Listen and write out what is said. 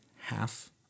half